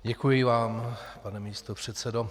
Děkuji vám, pane místopředsedo.